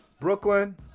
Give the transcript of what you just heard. Brooklyn